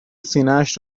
سینهاش